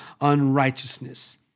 unrighteousness